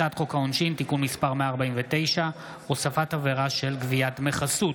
הצעת חוק העונשין (תיקון מס' 149) (הוספת עבירה של גביית דמי חסות),